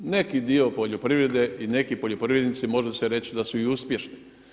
Neki dio poljoprivrede i neki poljoprivrednici može se reći da su i uspješni.